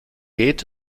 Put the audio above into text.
geht